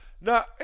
No